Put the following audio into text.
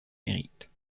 mérites